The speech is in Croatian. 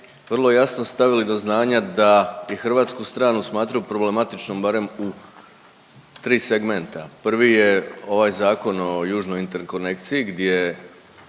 vrlo jasno stavili do znanja da i Hrvatsku stranu smatraju problematičnom barem u tri segmenta. Prvi je ovaj Zakon o južnoj interkonekciji gdje